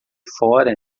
fora